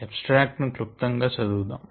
abstract ను క్లుప్తముగా చదువుదాం